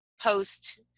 post